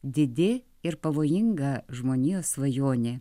didi ir pavojinga žmonijos svajonė